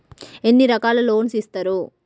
ఎన్ని రకాల లోన్స్ ఇస్తరు?